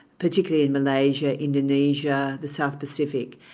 particularly in malaysia, indonesia, the south pacific,